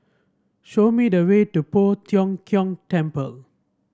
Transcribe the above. show me the way to Poh Tiong Kiong Temple